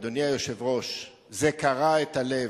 אדוני היושב-ראש, זה קרע את הלב.